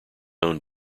own